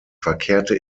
verkehrte